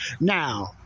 Now